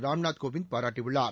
ராம்நாத் கோவிந்த் பாராட்டியுள்ளார்